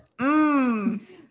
Mmm